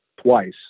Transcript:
twice